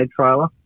trailer